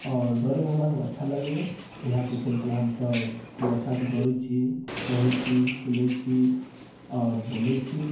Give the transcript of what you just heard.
आओर दौड़ैमे हमरा सबके अच्छा लगैए इहएके चलते हमसब खूब अच्छासँ दौड़ैत छी कहैत छी सुनैत छी आओर बोलैत छी